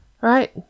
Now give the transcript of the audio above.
Right